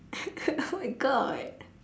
oh my god